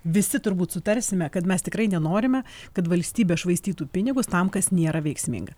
visi turbūt sutarsime kad mes tikrai nenorime kad valstybė švaistytų pinigus tam kas nėra veiksminga